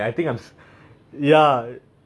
oh you got seasick you are you are seasick ah